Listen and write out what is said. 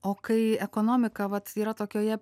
o kai ekonomika vat yra tokioje